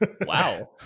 Wow